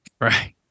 Right